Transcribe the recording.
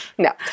No